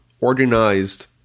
organized